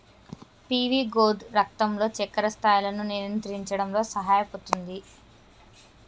PV gourd రక్తంలో చక్కెర స్థాయిలను నియంత్రించడంలో సహాయపుతుంది